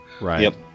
Right